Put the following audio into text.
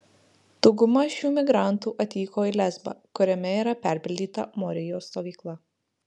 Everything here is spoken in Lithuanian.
dauguma šių migrantų atvyko į lesbą kuriame yra perpildyta morijos stovykla